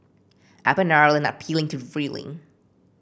Apple and Ireland are appealing to ruling